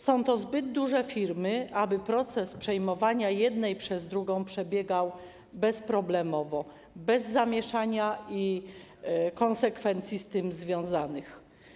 Są to zbyt duże firmy, aby proces przejmowania jednej przez drugą przebiegał bezproblemowo, bez zamieszania i konsekwencji z tym związanych.